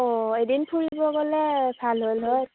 অ' এদিন ফুৰিব গ'লে ভাল হ'ল হয়